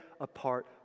apart